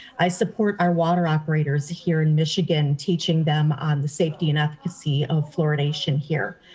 i support our water operators here in michigan, teaching them on the safety and ethicacy of fluoridation here.